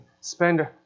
spend